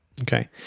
Okay